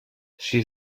she